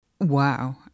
wow